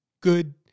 good